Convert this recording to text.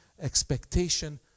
expectation